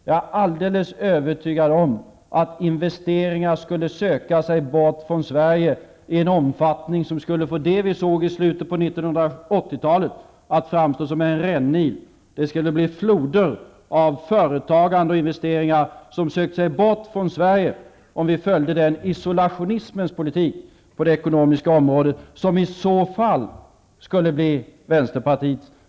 Jag är alldeles övertygad om att investeringar skulle söka sig bort från Sverige i en omfattning som skulle få det vi såg i slutet av 1980-talet att framstå som en rännil. Det skulle bli floder av företagande och investeringar som sökte sig bort från Sverige om vi följde den isolationismens politik på det ekonomiska området som i så fall skulle bli Vänsterpartiets.